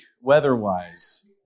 weather-wise